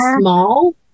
small